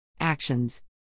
Actions